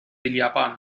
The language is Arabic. اليابان